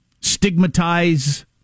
stigmatize